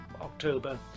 October